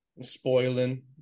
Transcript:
spoiling